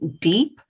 deep